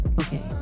okay